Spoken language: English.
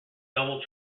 double